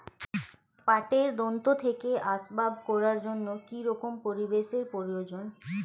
পাটের দণ্ড থেকে আসবাব করার জন্য কি রকম পরিবেশ এর প্রয়োজন?